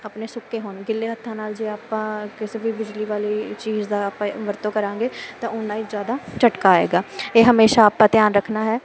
ਆਪਣੇ ਸੁੱਕੇ ਹੋਣ ਗਿੱਲੇ ਹੱਥਾਂ ਨਾਲ ਜੇ ਆਪਾਂ ਕਿਸੇ ਵੀ ਬਿਜਲੀ ਵਾਲੀ ਚੀਜ਼ ਦਾ ਆਪਾਂ ਵਰਤੋਂ ਕਰਾਂਗੇ ਤਾਂ ਉੰਨਾਂ ਹੀ ਜ਼ਿਆਦਾ ਝਟਕਾ ਆਵੇਗਾ ਇਹ ਹਮੇਸ਼ਾਂ ਆਪਾਂ ਧਿਆਨ ਰੱਖਣਾ ਹੈ